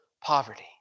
poverty